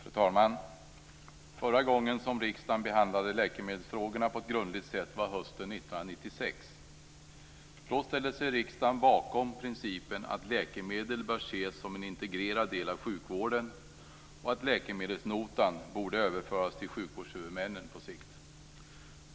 Fru talman! Förra gången som riksdagen behandlade läkemedelsfrågorna på ett grundligt sätt var hösten 1996. Då ställde sig riksdagen bakom principen att läkemedel bör ses som en integrerad del av sjukvården och att läkemedelsnotan på sikt borde överföras till sjukvårdshuvudmännen.